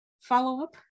follow-up